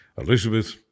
Elizabeth